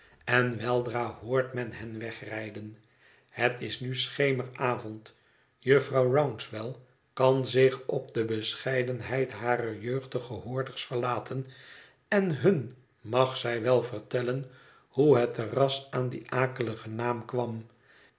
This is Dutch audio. en weidra hoort men hen wegrijden het is nu schemeravond jufvrouw rouncewell kan zich op de bescheidenheid harer jeugdige hoorders verlaten en hun mag zij wel vertellen hoe het terras aan dien akeligen naam kwam